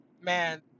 Man